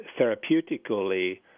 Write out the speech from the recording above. therapeutically